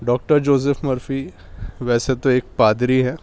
doctor Joseph Murphy ویسے تو ایک پادری ہیں